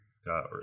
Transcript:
Scott